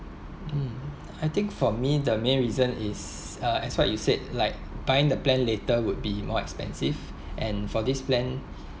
mm I think for me the main reason is uh as what you said like buying the plan later would be more expensive and for this plan